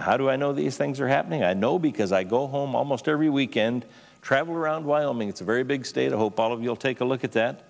how do i know these things are happening i know because i go home almost every weekend travel around wyoming it's a very big state a whole ball of you'll take a look at that